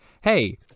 Hey